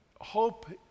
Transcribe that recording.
hope